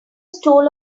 stole